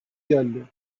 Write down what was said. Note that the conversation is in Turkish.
geldi